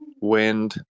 wind